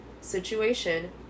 situation